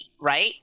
Right